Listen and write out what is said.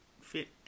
fit